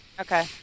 Okay